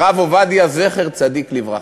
הרב עובדיה, זכר צדיק לברכה.